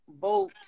vote